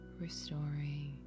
restoring